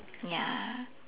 ya